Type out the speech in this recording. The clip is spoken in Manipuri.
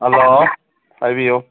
ꯍꯜꯂꯣ ꯍꯥꯏꯕꯤꯌꯨ